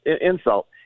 insult